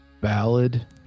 ballad